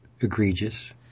egregious